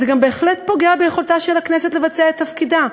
זה גם בהחלט פוגע ביכולתה של הכנסת לבצע את תפקידה,